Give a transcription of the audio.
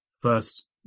first